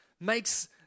makes